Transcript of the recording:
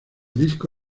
disco